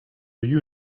you